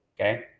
Okay